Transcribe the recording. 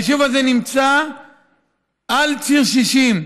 היישוב הזה נמצא על ציר 60,